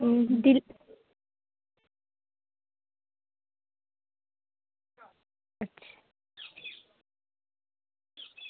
দিল আচ্ছা